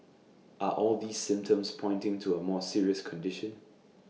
are all these symptoms pointing to A more serious condition